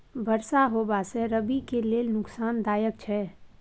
बरसा होबा से रबी के लेल नुकसानदायक छैय?